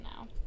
now